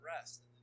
rest